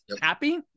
happy